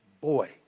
boy